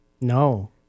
No